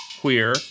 queer